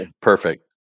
perfect